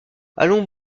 allons